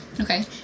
Okay